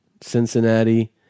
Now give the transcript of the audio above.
Cincinnati